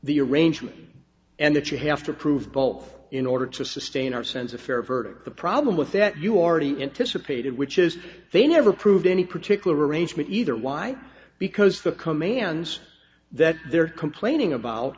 the arrangement and that you have to prove both in order to sustain our sense of fair verdict the problem with that you already anticipated which is they never prove any particular arrangement either why because the commands that they're complaining about